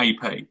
AP